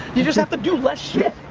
you just hafta to less shit,